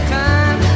time